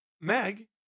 Meg